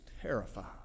terrified